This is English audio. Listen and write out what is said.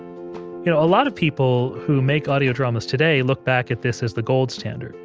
you know a lot of people who make audio dramas today look back at this as the gold standard.